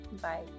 Bye